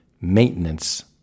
maintenance